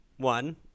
One